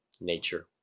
nature